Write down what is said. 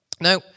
Now